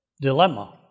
dilemma